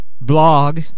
blog